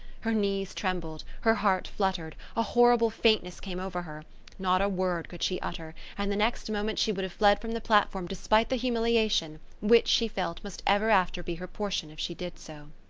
her knees trembled, her heart fluttered, a horrible faintness came over her not a word could she utter, and the next moment she would have fled from the platform despite the humiliation which, she felt, must ever after be her portion if she did so.